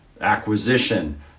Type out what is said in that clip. acquisition